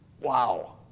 Wow